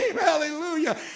Hallelujah